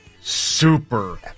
super